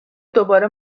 دوباره